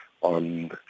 on